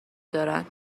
دارند